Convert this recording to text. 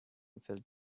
field